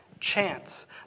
Chance